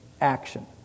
action